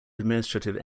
administrative